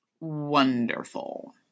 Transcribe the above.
Wonderful